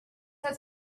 has